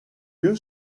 lieu